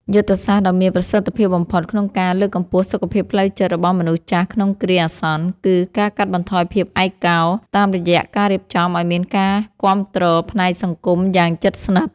យុទ្ធសាស្ត្រដ៏មានប្រសិទ្ធភាពបំផុតក្នុងការលើកកម្ពស់សុខភាពផ្លូវចិត្តរបស់មនុស្សចាស់ក្នុងគ្រាអាសន្ន គឺ ការកាត់បន្ថយភាពឯកោ តាមរយៈការរៀបចំឱ្យមានការគាំទ្រផ្នែកសង្គមយ៉ាងជិតស្និទ្ធ។